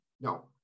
No